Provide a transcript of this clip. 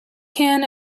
can